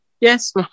Yes